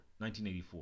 1984